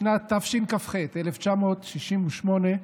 בשנת תשכ"ח, 1968,